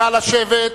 נא לשבת.